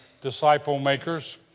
disciple-makers